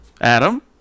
Adam